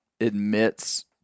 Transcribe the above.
admits